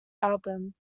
album